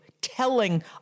Telling